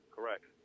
Correct